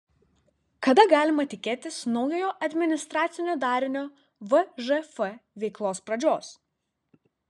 kada galima tikėtis naujojo administracinio darinio vžf veiklos pradžios